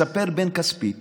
מספר בן כספית